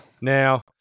Now